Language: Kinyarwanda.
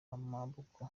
amaboko